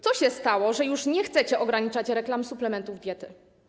Co się stało, że już nie chcecie ograniczać reklam suplementów diety?